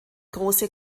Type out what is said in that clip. große